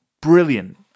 brilliant